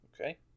Okay